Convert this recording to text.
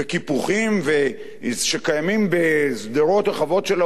שקיימים בשדרות רחבות של האוכלוסייה,